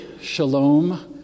Shalom